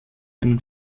einen